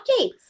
updates